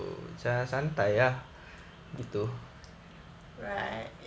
right